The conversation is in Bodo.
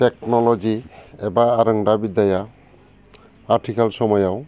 टेक्नलजि एबा रोंदा बिद्दाया आथिखाल समायाव